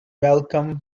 malcolm